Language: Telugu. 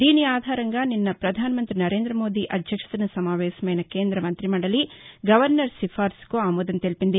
దీని ఆధారంగా నిన్న ప్రధానమంత్రి నరేంద్ర మోదీ అధ్యక్షతన సమావేశమైన కేంద్ర మంత్రిమండలి గవర్నర్ సిఫార్సుకు ఆమోదం తెలిపింది